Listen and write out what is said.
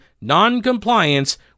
noncompliance